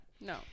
No